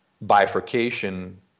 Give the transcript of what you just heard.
bifurcation